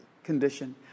Condition